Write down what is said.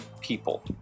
people